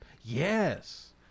yes